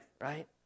right